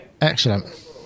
Excellent